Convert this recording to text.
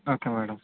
okay madam